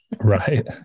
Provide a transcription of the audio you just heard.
Right